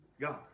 God